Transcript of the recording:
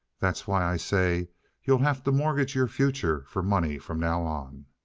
that's why i say you'll have to mortgage your future for money from now on.